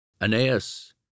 Aeneas